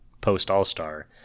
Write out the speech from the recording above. post-All-Star